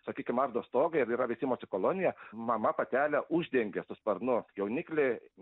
sakykim ardo stogą ir yra veisimosi kolonija mama patelę uždengia su sparnu jauniklį